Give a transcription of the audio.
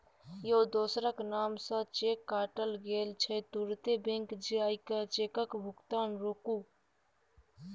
यौ दोसरक नाम सँ चेक कटा गेल छै तुरते बैंक जाए कय चेकक भोगतान रोकु